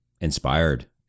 inspired